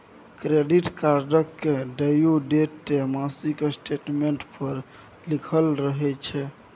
credit कार्डक due date मासिक statement पर लिखल रहय छै